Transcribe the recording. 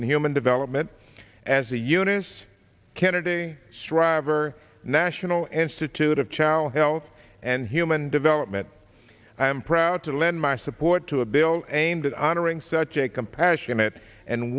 and human development as a eunice kennedy shriver national institute of child health and human development i am proud to lend my support to a bill aimed at honoring such a compassionate and